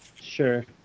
Sure